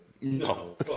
No